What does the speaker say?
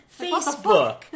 Facebook